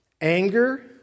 anger